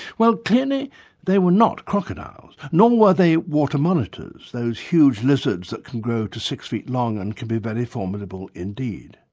well, clearly ah they were not crocodiles, nor were they water monitors, those huge lizards that can grow to six feet long and can be very formidable indeed.